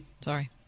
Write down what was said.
Sorry